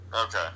Okay